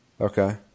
Okay